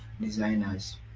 designers